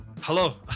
hello